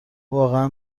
واقعا